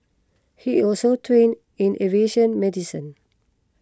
he is also trained in aviation medicine